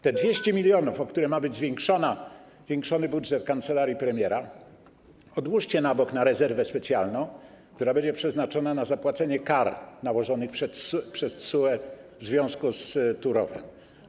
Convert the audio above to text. Te 200 mln, o które ma być zwiększony budżet kancelarii premiera, odłóżcie na bok na rezerwę specjalną, która będzie przeznaczona na zapłacenie kar nałożonych przez TSUE w związku z Turowem.